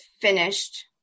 finished